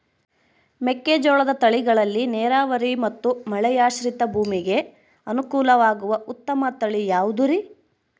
ಮೆಕ್ಕೆಜೋಳದ ತಳಿಗಳಲ್ಲಿ ನೇರಾವರಿ ಮತ್ತು ಮಳೆಯಾಶ್ರಿತ ಭೂಮಿಗೆ ಅನುಕೂಲವಾಗುವ ಉತ್ತಮ ತಳಿ ಯಾವುದುರಿ?